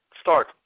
start